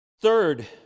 Third